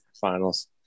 finals